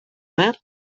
mar